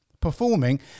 performing